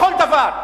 בכל דבר.